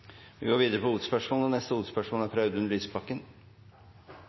Vi går videre til neste hovedspørsmål.